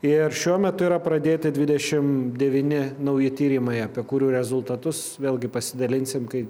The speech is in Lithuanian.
ir šiuo metu yra pradėti dvidešim devyni nauji tyrimai apie kurių rezultatus vėlgi pasidalinsim kai